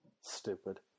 Stupid